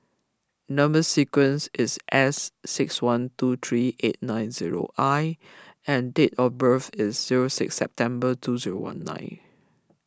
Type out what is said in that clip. Number Sequence is S six one two three eight nine zero I and date of birth is zero six September two zero one nine